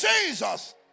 Jesus